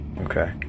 Okay